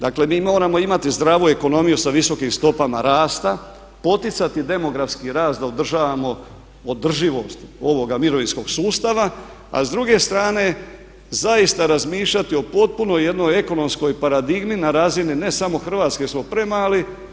Dakle, mi moramo imati zdravu ekonomiju sa visokim stopama rasta, poticati demografski rast da u održavamo održivost ovoga mirovinskog sustava, a s druge strane zaista razmišljati o potpunoj jednoj ekonomskoj paradigmi na razini ne samo Hrvatske jer smo premali.